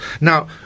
Now